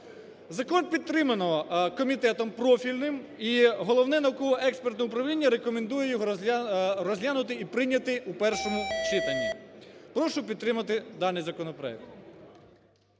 Закон підтримано комітетом профільним і Головне науково-експертне управління рекомендує його розглянути, і прийняти у першому читанні. Прошу підтримати даний законопроект.